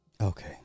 Okay